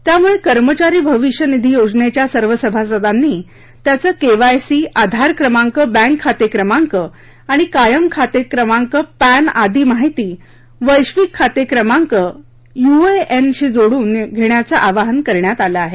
त्यामुळे कर्मचारी भविष्य निधी योजनेच्या सर्व सभासदांनी त्यांच केवायसी आधार क्रमांक बँक खाते क्रमांक आणि कायम खातेक्रमांक पद्धआदी माहिती वैविक खाते क्रमांक यूएएन शी जोडून घेण्याचं आवाहन करण्यात आलं आहे